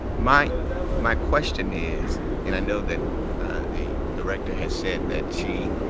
my my question is and i know that the director has said that she